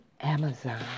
Amazon